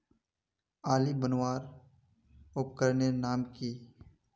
आली बनवार उपकरनेर नाम की?